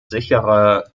sicherer